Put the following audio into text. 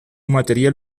material